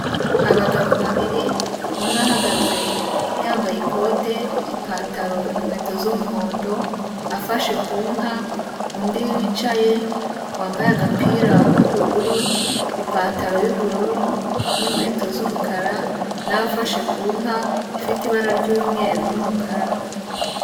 Abagabo babiri umwe ahagaze yambaye ikote, ipantaro, inkweto z'umuhondo, afashe ku nka, undi wicaye wambaye agapira k'ubururu, ipantaro y'ubururu n'inkweto z'umukara na we afashe ku nka ifite ibara ry'umweru n'umukara.